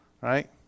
Right